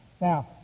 Now